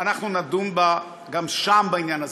אנחנו נדון גם שם בעניין הזה,